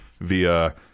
via